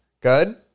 Good